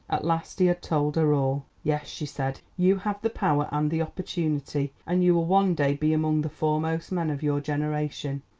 at last he had told her all. yes, she said, you have the power and the opportunity, and you will one day be among the foremost men of your generation.